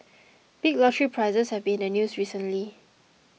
big lottery prizes have been in the news recently